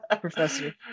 Professor